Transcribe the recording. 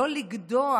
לא לגדוע